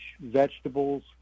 vegetables